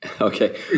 Okay